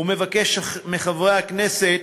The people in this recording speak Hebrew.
ומבקש מחברי הכנסת